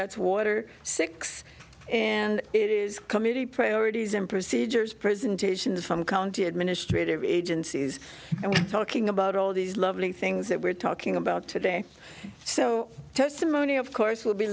that's water six and it is committee priorities and procedures presentations from county administrative agencies and talking about all these lovely things that we're talking about today so testimony of course will be